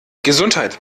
gesundheit